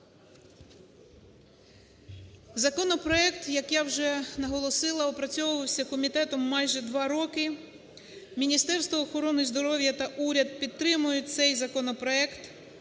Законопроект, як я вже наголосила, опрацьовувався комітетом майже 2 роки. Міністерство охорони здоров'я та уряд підтримують цей законопроект